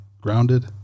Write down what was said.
grounded